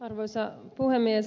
arvoisa puhemies